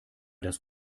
das